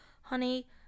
honey